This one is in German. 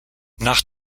nach